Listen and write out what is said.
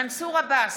מנסור עבאס,